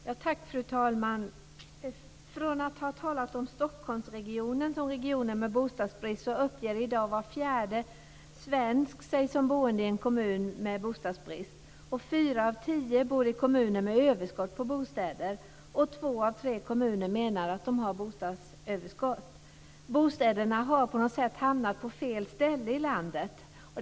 Fru talman! Från att ha talat om Stockholmsregionen som regionen med bostadsbrist uppger sig i dag var fjärde svensk som boende i en kommun med bostadsbrist. Fyra av tio bor i kommuner med överskott på bostäder, och två av tre kommuner menar att de har ett bostadsöverskott. Bostäderna har på något sätt hamnat på fel ställen i landet.